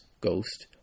ghost